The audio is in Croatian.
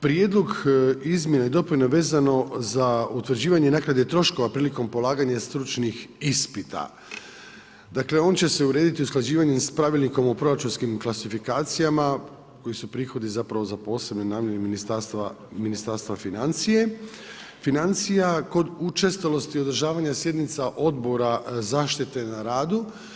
Prijedlog izmjene i dopune vezano za utvrđivanje naknade troškova prilikom polaganje stručnih ispita, dakle, on će se urediti usklađivanje s pravilnikom o proračunskim klasifikacijama, koji su prihodi zapravo zaposlene namijenjeni Ministarstva financije, financija, kod učestalosti i održavanja sjednica Odbora zaštite na radu.